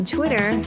Twitter